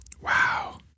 Wow